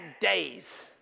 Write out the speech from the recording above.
days